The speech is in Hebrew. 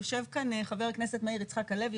יושב כאן ח"כ מאיר יצחק הלוי,